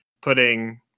putting